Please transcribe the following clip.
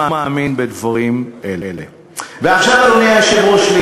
מבין בכל אלה יותר משר האוצר.